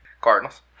Cardinals